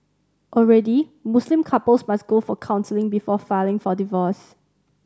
already Muslim couples must go for counselling before filing for divorce